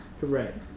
correct